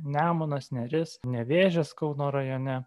nemunas neris nevėžis kauno rajone